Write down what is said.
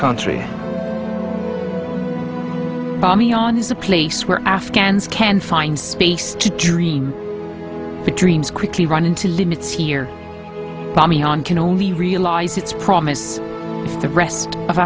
country by me on is a place where afghans can find space to dream big dreams quickly run into limits here by me on can only realize its promise for the rest of